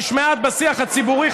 שנשמעת בשיח הציבורי,